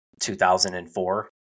2004